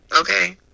Okay